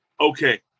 okay